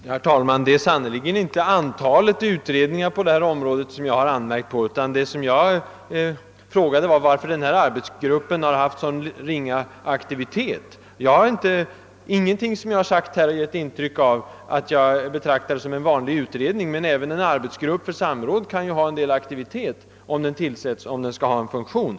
Herr talman! Det är sannerligen inte antalet utredningar på detta område som jag anmärkt på, utan vad jag frågade efter var anledningen till att den aktuella arbetsgruppen haft sådan ringa aktivitet. Ingenting av vad jag har sagt har kunnat ge intryck av att jag betraktar den som en vanlig utredning, men även en arbetsgrupp för samråd måste ju visa någon aktivitet, om den skall ha en funktion.